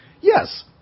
yes